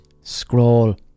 Scroll